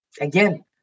again